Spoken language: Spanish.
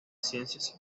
ciencias